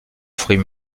fruit